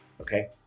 Okay